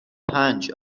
پنج